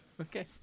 Okay